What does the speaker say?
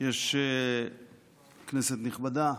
כנסת נכבדה,